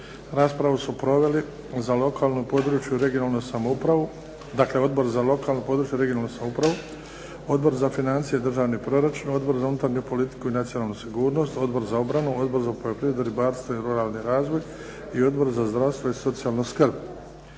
dakle Odbor za lokalnu, područnu (regionalnu) samoupravu, Odbor za financije i državni proračun, Odbor za unutarnju politiku i nacionalnu sigurnost, Odbor za obranu, Odbor za poljoprivredu, ribarstvo i ruralni razvoj i Odbor za zdravstvo i socijalnu skrb.